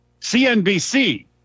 CNBC